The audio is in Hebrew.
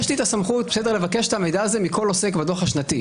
יש לי את הסמכות לבקש את המידע הזה מכל עוסק בדוח השנתי.